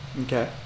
Okay